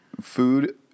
Food